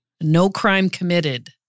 no-crime-committed